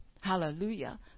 Hallelujah